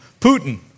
Putin